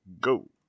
Go